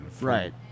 Right